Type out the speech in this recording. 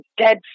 dead